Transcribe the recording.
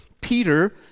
Peter